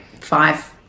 five